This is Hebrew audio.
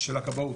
של הכבאות.